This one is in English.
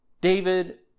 David